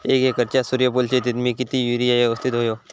एक एकरच्या सूर्यफुल शेतीत मी किती युरिया यवस्तित व्हयो?